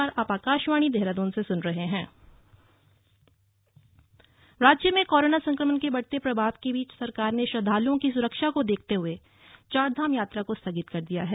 चारधाम यात्रा राज्य में कोरोना संक्रमण के बढ़ते प्रभाव के बीच सरकार ने श्रद्वालुओं की सुरक्षा को देखते हुए चारधाम यात्रा को स्थगित कर दिया है